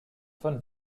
von